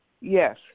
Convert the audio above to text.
Yes